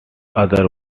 other